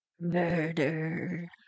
Murder